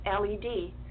LED